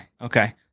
Okay